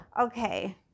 Okay